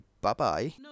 bye-bye